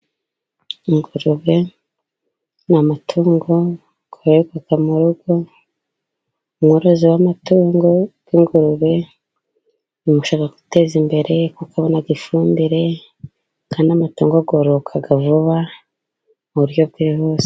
Ingurube ni amatungo yororerwa mu rugo, umworozi w'amatungo y'ingurube imufasha kwiteza imbere, kuko abona ifumbire kandi amatungo yororoka vuba mu buryo bwihuse.